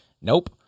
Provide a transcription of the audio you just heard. nope